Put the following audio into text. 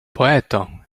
poeto